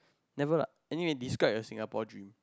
never lah anywhere describe your Singapore dream